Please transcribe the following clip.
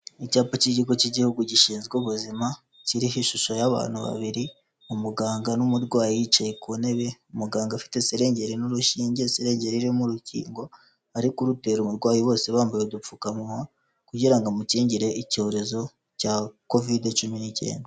Icyapa cy'ikigo cy'igihugu gishinzwe ubuzima kiriho ishusho y'abantu babiri umuganga n'umurwayi yicaye ku ntebe, umuganga afite serengere n'urushinge, serengeri imirimo urukingo, ari kurutera umurwayi bose bambaye udupfukamuwa, kugira ngo amukingire icyorezo cya covide cumi n'icyenda.